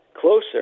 Closer